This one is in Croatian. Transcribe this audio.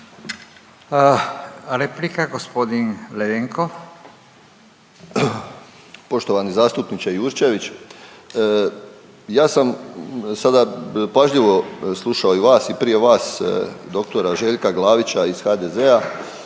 Ivica (MOST)** Poštovani zastupniče Jurčević, ja sam sada pažljivo slušao i vas i prije vas dr. Željka Glavića iz HDZ-a